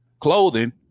clothing